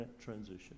transition